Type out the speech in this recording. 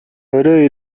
орой